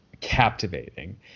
captivating